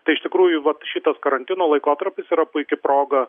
tai iš tikrųjų vat šitas karantino laikotarpis yra puiki proga